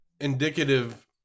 indicative